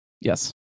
Yes